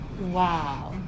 Wow